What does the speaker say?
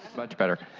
much better.